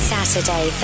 Saturday